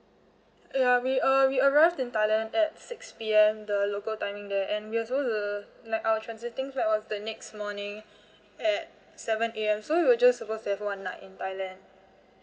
ya we ar~ we arrived in thailand at six P_M the local timing there and we supposed to like our transiting flight was the next morning at seven A_M so we were just supposed to have one night in thailand